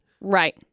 Right